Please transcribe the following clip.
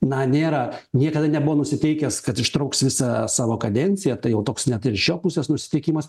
na nėra niekada nebuvo nusiteikęs kad ištrauks visą savo kadenciją tai jau toks net ir iš jo pusės nusiteikimas